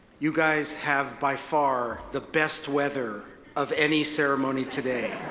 you guys have, by far, the best weather of any ceremony today.